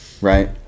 right